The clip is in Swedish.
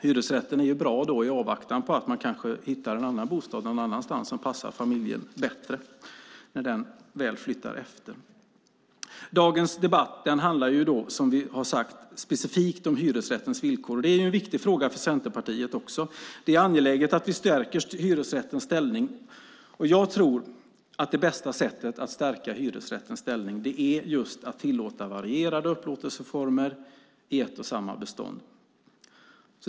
Hyresrätten är då bra i avvaktan på att man kanske hittar en annan bostad någon annanstans som passar familjen bättre, när den väl flyttar efter. Dagens debatt handlar som vi har sagt specifikt om hyresrättens villkor. Det är en viktig fråga för Centerpartiet. Det är angeläget att vi stärker hyresrättens ställning, och jag tror att det bästa sättet att stärka hyresrättens ställning är just att tillåta varierade upplåtelseformer i ett och samma bestånd.